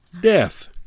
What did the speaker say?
death